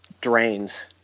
drains